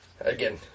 Again